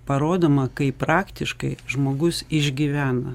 parodoma kaip praktiškai žmogus išgyvena